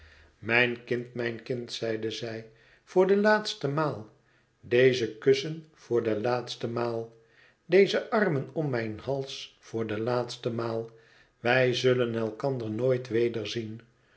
mijn kind mijn kind zeide zij voor de laatste maal deze kussen voor de laatste maal deze armen om mijn hals voor de laatste maal wij zullen elkander nooit wederzien